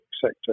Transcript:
sector